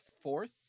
fourth